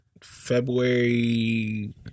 February